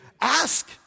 ask